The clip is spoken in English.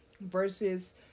versus